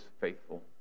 faithful